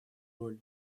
роль